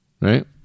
right